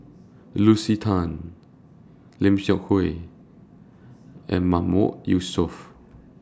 Lucy Tan Lim Seok Hui and Mahmood Yusof